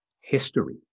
history